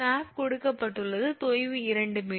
chalk கொடுக்கப்பட்டால் தொய்வு 2 𝑚